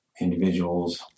individuals